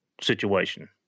situation